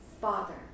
Father